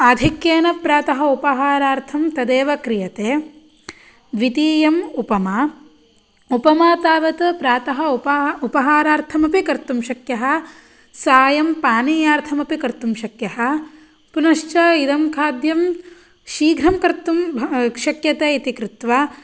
आधिक्येन प्रातः उपहारार्थं तदेव क्रियते द्वितीयम् उपमा उपमा तावत् प्रातः उप उपहारार्थमपि कर्तुं शक्यः सायं पानीयार्थमपि कर्तुं शक्यः पुनश्च इदं खाद्यं शीघ्रं कर्तुं शक्यते इति कृत्वा